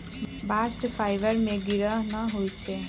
bast fibre में गिरह न होई छै